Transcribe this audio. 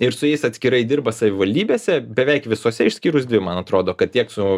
ir su jais atskirai dirba savivaldybėse beveik visose išskyrus dvi man atrodo kad tiek su